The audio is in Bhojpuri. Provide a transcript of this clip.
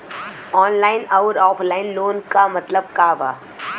ऑनलाइन अउर ऑफलाइन लोन क मतलब का बा?